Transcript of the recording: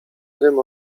dym